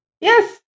Yes